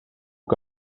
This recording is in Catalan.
que